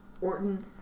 Orton